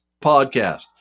podcast